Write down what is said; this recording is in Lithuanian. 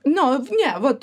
nu ne vat